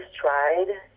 tried